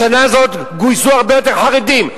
השנה הזאת גויסו הרבה יותר חרדים.